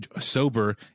sober